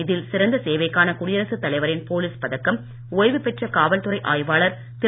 இதில் சிறந்த சேவைக்கான குடியரசுத் தலைவரின் போலீஸ் பதக்கம் ஒய்வு பெற்ற காவல்துறை ஆய்வாளர் திரு